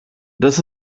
das